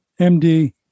MD